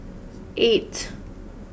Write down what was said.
eight